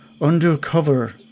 undercover